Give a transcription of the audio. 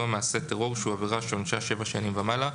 מעשה טור שהוא עבירה שעונשה שבע שנים ומעלה".